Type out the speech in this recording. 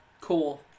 cool